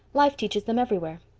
life teaches them everywhere.